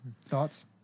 Thoughts